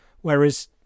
whereas